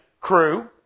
crew